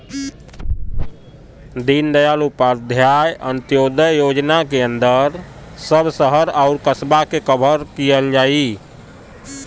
दीनदयाल उपाध्याय अंत्योदय योजना के अंदर सब शहर आउर कस्बा के कवर किहल जाई